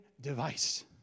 device